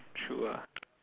true ah